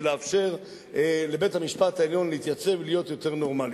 ולאפשר לבית-המשפט העליון להתייצב ולהיות יותר נורמלי.